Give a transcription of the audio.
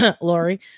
Lori